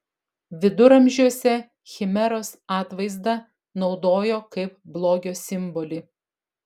viduramžiuose chimeros atvaizdą naudojo kaip blogio simbolį